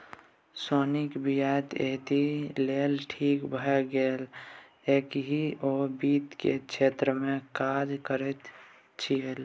सोनीक वियाह एहि लेल ठीक भए गेल किएक ओ वित्त केर क्षेत्रमे काज करैत छलीह